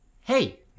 hey